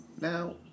Now